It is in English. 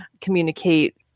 communicate